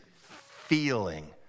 feeling